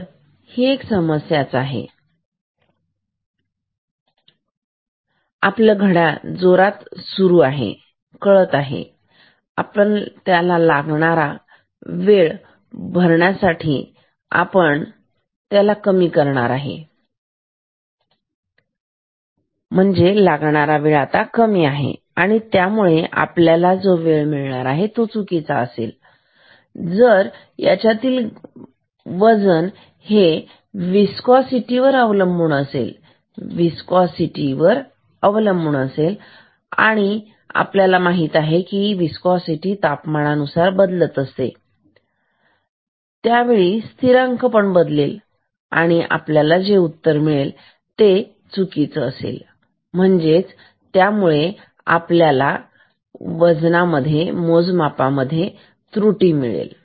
तर एक समस्याच आहे कारण आपलं घड्याळ जोरात सुरू आहे पळत आहे आणि त्यामुळे लागणारा वेळ कमी आहे त्यामुळे डब्ल्यू w चुकीचा येईल जर ही लिफ्ट भरलेली आहे म्हणजे त्यातील घटक त्याची विस्कॉसिटी त्यावर अवलंबून असणार आहे जसे की तापमाना सारख्या काही घटकांवर आणि जर तुम्ही म्हणालात की विस्कॉसिटी बदलत आहे तर स्थिरांक की पण बदलेल आणि त्यामुळे आपले उत्तर बदलेल आणि आपल्याला चुकीचे उत्तर मिळेल म्हणजे मोजमापात त्रुटी मिळेल